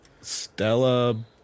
Stella